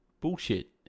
bullshit